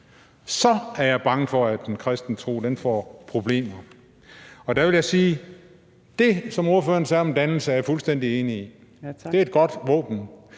så er jeg bange for, at den kristne tro vil få problemer. Og der vil jeg sige, at det, som ordføreren sagde om dannelse, er jeg fuldstændig enig i, for det er et godt våben.